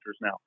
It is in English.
now